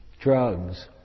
drugs